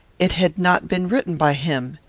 it had not been written by him.